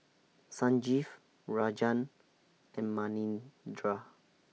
Sanjeev Rajan and Manindra